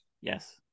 Yes